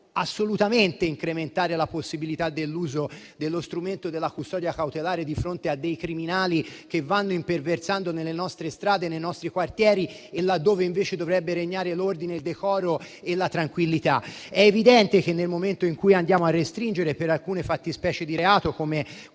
assolutamente incrementare la possibilità dell'uso dello strumento della custodia cautelare di fronte ai criminali che imperversano nelle nostre strade, nei nostri quartieri, laddove invece dovrebbero regnare l'ordine, il decoro e la tranquillità. È evidente che nel momento in cui andiamo a restringere per alcune fattispecie di reato -